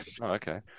Okay